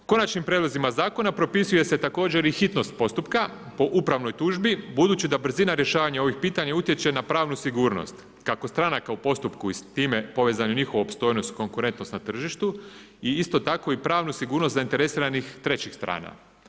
Konačnim prijedlozima zakona propisuje se također i hitnost postupka po upravnoj tužbi, budući da brzina rješavanja ovih pitanja utječe na pravnu sigurnost kako stranaka u postupku i s time povezanim njihovu opstojnost, konkurentnost na tržištu i isto tako i pravnu sigurnost zainteresiranih trećih strana.